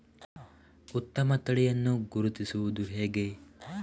ಉತ್ತಮ ತಳಿಯನ್ನು ಗುರುತಿಸುವುದು ಹೇಗೆ?